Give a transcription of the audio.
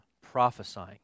prophesying